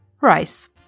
Rice